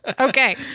okay